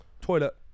toilet